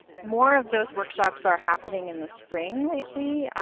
more of those workshops are happening in the spring lately.